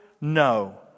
No